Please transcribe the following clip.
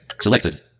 selected